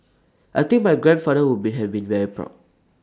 I think my grandfather would be have been very proud